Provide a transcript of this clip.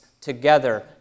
together